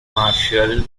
martial